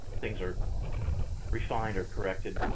things are refined or corrected,